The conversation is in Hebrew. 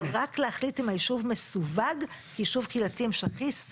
רק להחליט האם היישוב מסווג יישוב קהילתי המשכי,